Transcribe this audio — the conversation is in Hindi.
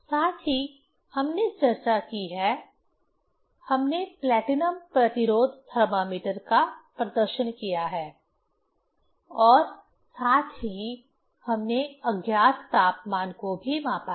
साथ ही हमने चर्चा की है हमने प्लैटिनम प्रतिरोध थर्मामीटर का प्रदर्शन किया है और साथ ही हमने अज्ञात तापमान को भी मापा है